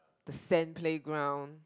the sand playground